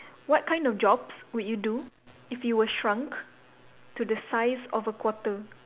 what kind of jobs would you do if you were shrunk to the size of a quarter